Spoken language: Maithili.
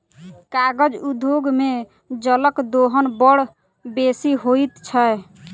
कागज उद्योग मे जलक दोहन बड़ बेसी होइत छै